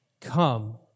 Come